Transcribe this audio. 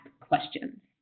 questions